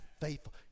faithful